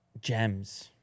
Gems